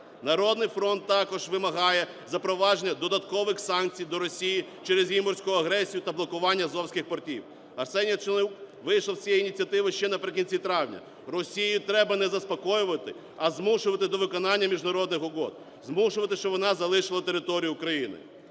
"Народний фронт" також вимагає запровадження додаткових санкцій до Росії через її морську агресію та блокування азовських портів. Арсеній Яценюк вийшов з цією ініціативою ще наприкінці травня. Росію треба не заспокоювати, а змушувати до виконання міжнародних угод, змушувати, щоб вона залишила територію України.